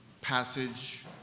passage